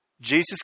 Jesus